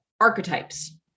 archetypes